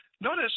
notice